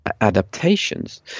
adaptations